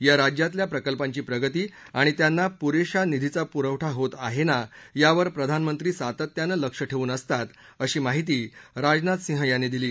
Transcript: या राज्यातल्या प्रकल्पांची प्रगती आणि त्यांना पुरेशा निधीचा पुरवठा होत आहे ना यावर प्रधानमंत्री सातत्यानं लक्ष ठेवून असतात अशी माहिती राजनाथ सिंह यांनी दिली